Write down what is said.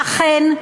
אכן,